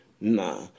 Nah